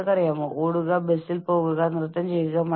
നമ്മൾക്ക് ഈ ഞെരുക്കാവുന്ന പന്തുകൾ നൽകിയിരിക്കുന്നു